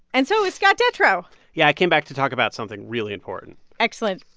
and so it's scott detrow yeah, i came back to talk about something really important excellent,